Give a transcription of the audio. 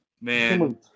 man